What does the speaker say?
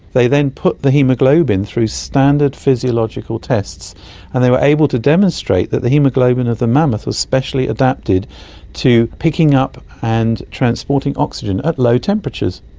they then put the haemoglobin through standard physiological tests and they were able to demonstrate that the haemoglobin of the mammoth was specially adapted to picking up and transporting oxygen at low temperatures.